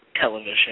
television